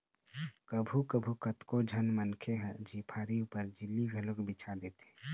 कभू कभू कतको झन मनखे ह झिपारी ऊपर झिल्ली घलोक बिछा देथे